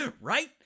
Right